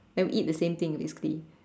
and eat the same thing basically